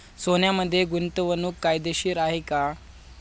सोन्यामध्ये गुंतवणूक फायदेशीर आहे का?